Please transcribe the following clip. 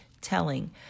telling